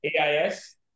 AIS